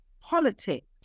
politics